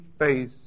face